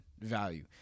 value